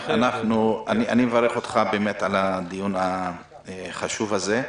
מברך אותך על הדיון החשוב הזה.